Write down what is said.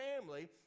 family